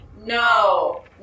No